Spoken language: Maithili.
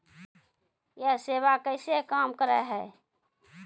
यह सेवा कैसे काम करै है?